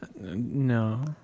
No